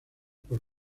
por